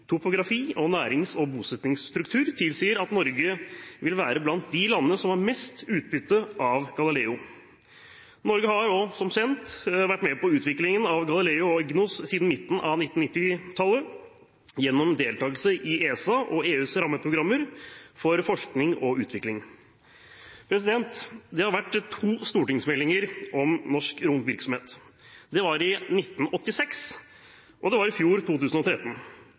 topografi og nærings- og bosettingsstruktur tilsier at Norge vil være blant de landene som har mest utbytte av Galileo. Norge har jo òg, som kjent, vært med på utviklingen av Galileo og EGNOS siden midten av 1990-tallet gjennom deltakelse i ESA og EUs rammeprogrammer for forskning og utvikling. Det har vært to stortingsmeldinger om norsk romvirksomhet. Det var i 1986, og det var i fjor – 2013.